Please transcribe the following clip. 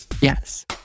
Yes